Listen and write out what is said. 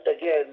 again